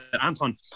Anton